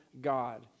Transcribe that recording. God